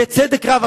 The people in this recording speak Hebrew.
בצדק רב,